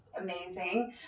amazing